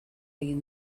egin